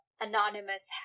anonymous